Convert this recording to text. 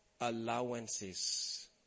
allowances